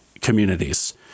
communities